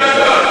בסדר, תמר.